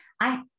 I-